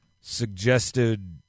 suggested